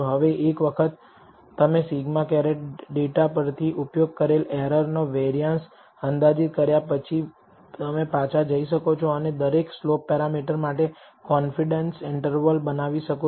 હવે એક વખત તમે σડેટા પરથી ઉપયોગ કરેલ એરર નો વેરિયાન્સ અંદાજિત કર્યા પછી તમે પાછા જઈ શકો છો અને દરેક સ્લોપ પેરામીટર માટે કોન્ફિડેન્સ ઈન્ટરવલ બનાવી શકો છો